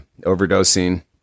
overdosing